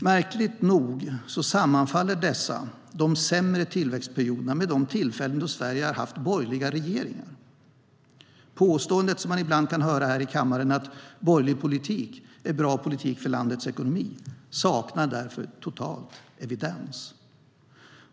Märkligt nog sammanfaller dessa, de sämre tillväxtperioderna, med de tillfällen då Sverige har haft borgerliga regeringar. Påståendet som man ibland kan höra här i kammaren att borgerlig politik är bra politik för landets ekonomi saknar därför totalt evidens.